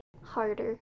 harder